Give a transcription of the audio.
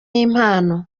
impano